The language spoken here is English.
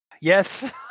Yes